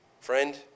friend